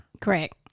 correct